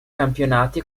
campionati